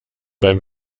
beim